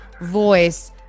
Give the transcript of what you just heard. voice